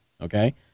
okay